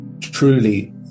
truly